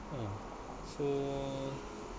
uh so